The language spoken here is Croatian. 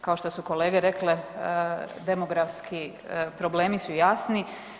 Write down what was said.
Kao što su kolege rekle demografski problemi su jasni.